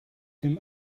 him